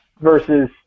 versus